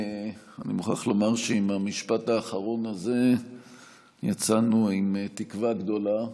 אני מוכרח לומר שעם המשפט האחרון הזה יצאנו עם תקווה גדולה.